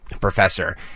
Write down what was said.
professor